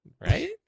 right